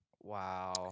wow